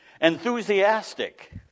enthusiastic